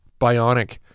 bionic